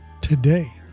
today